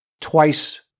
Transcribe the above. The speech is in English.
twice